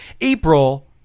April